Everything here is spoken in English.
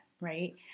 right